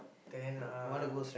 then uh